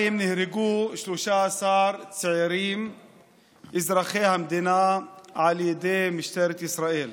נהרגו 13 צעירים אזרחי המדינה על ידי משטרת ישראל.